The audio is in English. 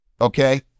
okay